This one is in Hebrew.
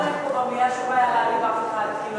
כולנו היינו פה במליאה שבה, לא,